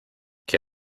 que